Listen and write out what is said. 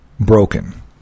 broken